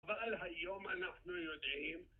אבל היום אנחנו יודעים